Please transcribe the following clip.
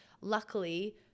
Luckily